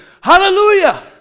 Hallelujah